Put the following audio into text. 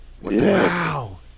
Wow